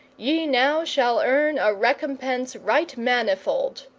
ye now shall earn a recompense right manifold.